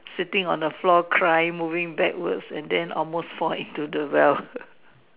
sitting on the floor crying moving backwards and then almost fall into the well